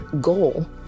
goal